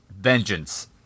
vengeance